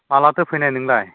मालाथो फैनाय नोंलाय